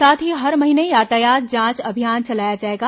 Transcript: साथ ही हर महीने यातायान जांच अभियान चलाया जाएगा